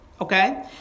okay